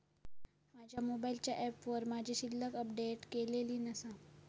माझ्या मोबाईलच्या ऍपवर माझी शिल्लक अपडेट केलेली नसा